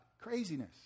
Craziness